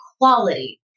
quality